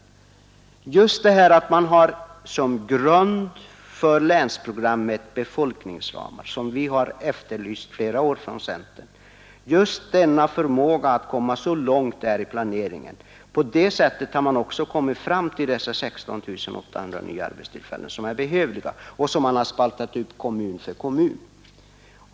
Just genom att sätta befolkningsramar som grund för länsprogrammet, vilket vi från centern har efterlyst i flera år, har man alltså kunnat komma fram till att 16 800 nya arbetstillfällen är behövliga, och så har man spaltat upp dem kommun för kommun.